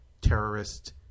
terrorist